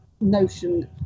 notion